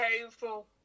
painful